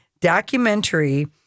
documentary